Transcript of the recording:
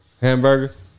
Hamburgers